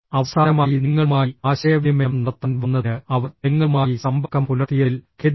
അവസാനമായി നിങ്ങളുമായി ആശയവിനിമയം നടത്താൻ വന്നതിന് അവർ നിങ്ങളുമായി സമ്പർക്കം പുലർത്തിയതിൽ ഖേദിക്കുന്നു